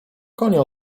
konie